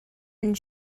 and